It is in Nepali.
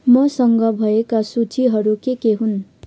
मसँग भएका सूचीहरू के के हुन्